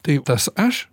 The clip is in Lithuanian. tai tas aš